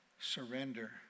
surrender